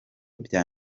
bya